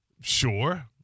Sure